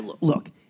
look